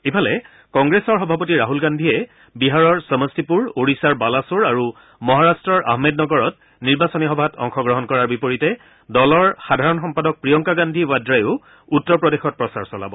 ইফালে কংগ্ৰেছৰ সভাপতি ৰাহুল গান্ধীয়েও বিহাৰৰ সমষ্টিপুৰ ওড়িশাৰ বালাছৰ আৰু মহাৰাট্টৰ আহমেদনগৰত নিৰ্বাচনী সভাত অংশগ্ৰহণ কৰাৰ বিপৰীতে দলৰ সাধাৰণ সম্পাদক প্ৰিয়ংকা গান্ধী ৱাদ্ৰায়ো উত্তৰ প্ৰদেশত প্ৰচাৰ চলাব